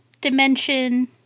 dimension